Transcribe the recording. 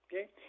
okay